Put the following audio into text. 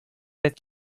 that